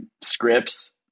scripts